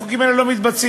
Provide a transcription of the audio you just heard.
החוקים האלה לא מתבצעים.